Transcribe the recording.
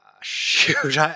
shoot